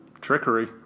Trickery